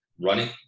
Running